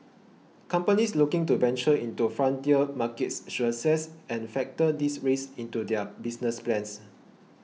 companies looking to venture into frontier markets should assess and factor these risks into their business plans